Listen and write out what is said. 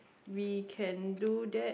we can do that